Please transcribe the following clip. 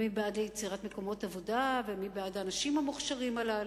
מי בעד יצירת מקומות עבודה ומי בעד האנשים המוכשרים הללו.